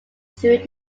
through